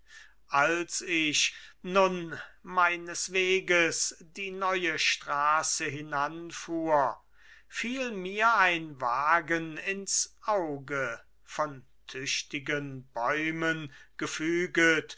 als ich nun meines weges die neue straße hinanfuhr fiel mir ein wagen ins auge von tüchtigen bäumen gefüget